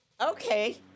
Okay